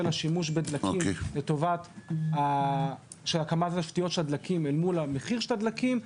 השימוש בדלקים לטובת הקמת תשתיות הדלקים אל מול המחיר של הדלקים.